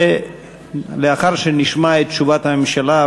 ולאחר שנשמע את תשובת הממשלה,